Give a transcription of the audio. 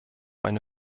eine